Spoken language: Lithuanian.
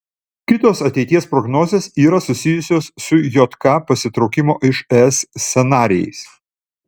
kitos ateities prognozės yra susijusios su jk pasitraukimo iš es scenarijais